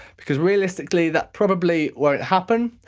because realistically that probably won't happen.